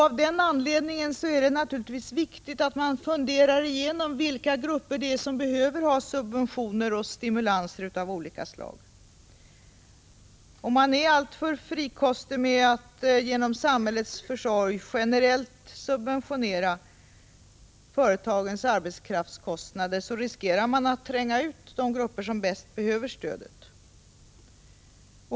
Av den anledningen är det naturligtvis viktigt att fundera över vilka grupper det är som behöver ha subventioner och stimulanser av olika slag. Om man är alltför frikostig med att genom samhällets försorg generellt subventionera företagens arbetskraftskostnader, riskerar man att tränga ut de grupper som bäst behöver stöd.